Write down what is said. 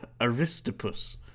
aristippus